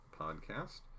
podcast